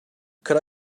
could